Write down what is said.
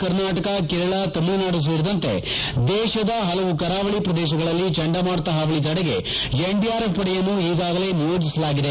ಕರ್ನಾಟಕ ಕೇರಳ ತಮಿಳುನಾಡು ಸೇರಿದಂತೆ ದೇಶದ ಹಲವು ಕರಾವಳಿ ಪ್ರದೇಶಗಳಲ್ಲಿ ಚಂಡಮಾರುತ ಹಾವಳಿ ತಡೆಗೆ ಎನ್ಡಿಆರ್ಎಫ್ ಪಡೆಯನ್ನು ಈಗಾಗಲೇ ನಿಯೋಜಿಸಲಾಗಿದೆ